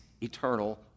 eternal